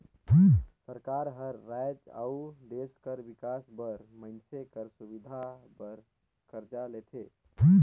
सरकार हर राएज अउ देस कर बिकास बर मइनसे कर सुबिधा बर करजा लेथे